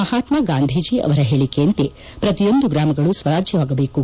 ಮಹತ್ಮಾ ಗಾಂಧೀಜಿ ಅವರ ಹೇಳಕೆಯಂತೆ ಪ್ರತಿಯೊಂದು ಗ್ರಾಮಗಳೂ ಸ್ವರಾಜ್ವವಾಗಬೇಕು